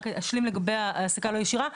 אני רק אשלים לגבי העסקה לא ישירה.